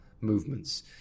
movements